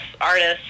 artists